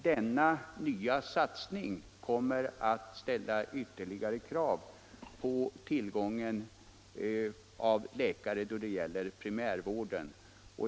Denna nya satsning kommer att ställa ytterligare krav på tillgången på läkare då det gäller primärvården.